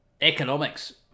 economics